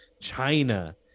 China